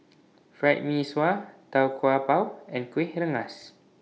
Fried Mee Sua Tau Kwa Pau and Kueh Rengas